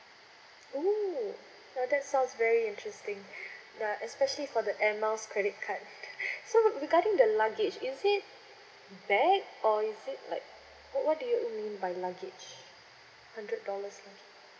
oh ya that's sounds very interesting uh especially for the air miles credit card so regarding the luggage is it bag or is it like what do you mean by luggage hundred dollars luggage